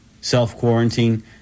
self-quarantine